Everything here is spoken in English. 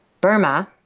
Burma